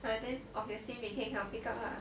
ah then obviously 明天 cannot pick up lah